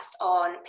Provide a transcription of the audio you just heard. on